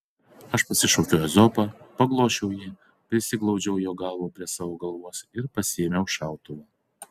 aš pasišaukiau ezopą paglosčiau jį prisiglaudžiau jo galvą prie savo galvos ir pasiėmiau šautuvą